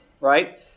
right